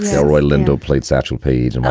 delroy lindo played satchel paige and but